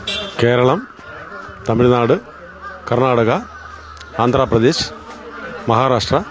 Keralam Tamil Nadu Karnataka Andhra Pradesh Maharashtra